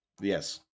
Yes